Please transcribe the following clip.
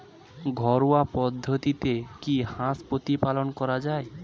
ঘরোয়া পদ্ধতিতে কি হাঁস প্রতিপালন করা যায়?